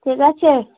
ঠিক আছে